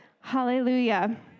Hallelujah